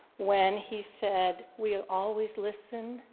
when he said, we always listen,